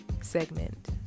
segment